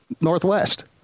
Northwest